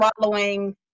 swallowing